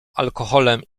alkoholem